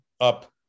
up